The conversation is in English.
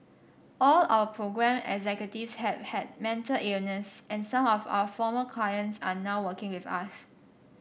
all our programme executives have had mental illness and some of our former clients are now working with us